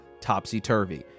Topsy-Turvy